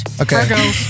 Okay